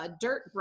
dirt